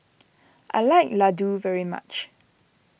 I like Ladoo very much